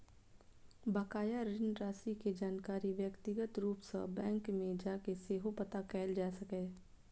बकाया ऋण राशि के जानकारी व्यक्तिगत रूप सं बैंक मे जाके सेहो पता कैल जा सकैए